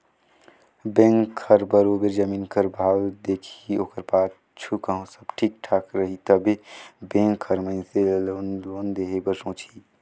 bank हर बरोबेर जमीन कर भाव देखही ओकर पाछू कहों सब ठीक ठाक रही तबे बेंक हर मइनसे ल लोन देहे बर सोंचही